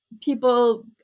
People